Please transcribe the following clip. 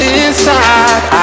inside